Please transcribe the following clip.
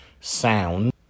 sound